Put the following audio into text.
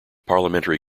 parliamentary